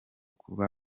kuba